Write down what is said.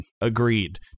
Agreed